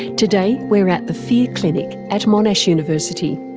today we're at the fear clinic at monash university.